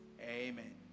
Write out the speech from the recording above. Amen